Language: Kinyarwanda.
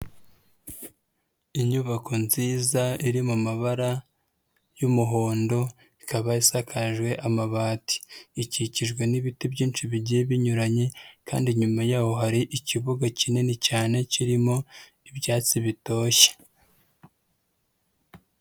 Inyubako nziza iri mu mabara y'umuhondo, ikaba isakajwe amabati. Ikikijwe n'ibiti byinshi bigiye binyuranye, kandi inyuma yaho hari ikibuga kinini cyane kirimo ibyatsi bitoshye.